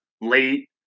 late